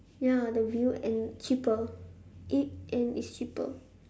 ya the view and cheaper it and it's cheaper